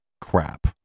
crap